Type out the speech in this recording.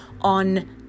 on